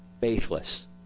faithless